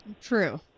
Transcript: True